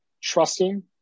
trusting